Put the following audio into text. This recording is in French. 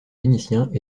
vénitiens